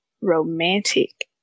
romantic